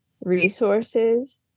resources